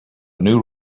new